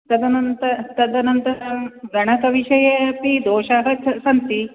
तदनन्त तदनन्तरं गणकविषये अपि दोषाः सन्ति